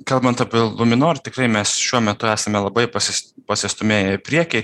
kalbant apie luminor tikrai mes šiuo metu esame labai pasis pasistūmėję į priekį